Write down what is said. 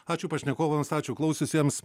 ačiū pašnekovams ačiū klausiusiems